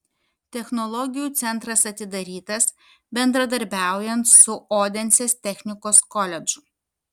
technologijų centras atidarytas bendradarbiaujant su odensės technikos koledžu